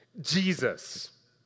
Jesus